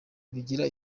bigira